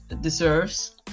deserves